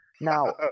Now